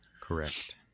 Correct